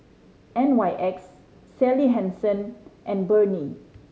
N Y X Sally Hansen and Burnie